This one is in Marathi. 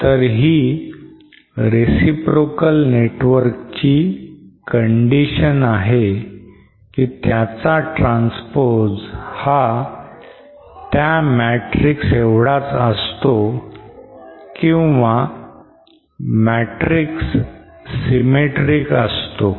तर ही reciprocal network ची condition आहे की त्याचा transpose हा त्या matrix एवढाच असतो किंवा matrix symmetric असतो